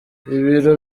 ibiro